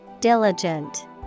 Diligent